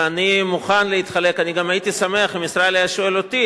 ואם ישראל היה שואל אותי,